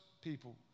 people